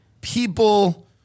people